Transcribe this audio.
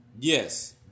Yes